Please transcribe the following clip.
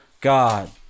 God